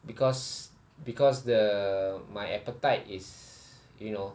because because the my appetite is you know